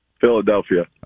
Philadelphia